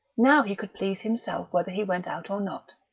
now he could please himself whether he went out or not.